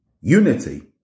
unity